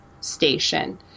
Station